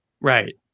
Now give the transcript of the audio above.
Right